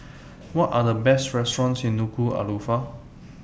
What Are The Best restaurants in Nuku'Alofa